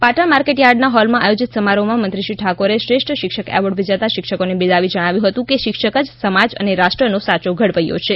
પાટણ માર્કેટયાર્ડના હોલમાં આયોજિત સમારોહમાં મંત્રીશ્રી ઠાકોરે શ્રેષ્ઠ શિક્ષક એવોર્ડ વિજેતા શિક્ષકોને બિરદાવી જણાવ્યું હતું કે શિક્ષક જ સમાજ અને રાષ્ટ્રનો સાયો ઘડવૈયો છે